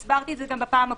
הסברתי את זה גם בפעם הקודמת.